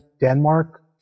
Denmark